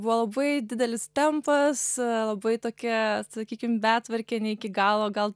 buvo labai didelis tempas labai tokia sakykim betvarkė ne iki galo gal